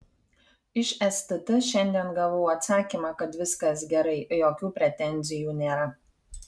iš stt šiandien gavau atsakymą kad viskas gerai jokių pretenzijų nėra